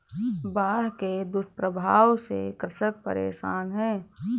बाढ़ के दुष्प्रभावों से कृषक परेशान है